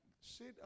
sit